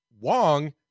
Wong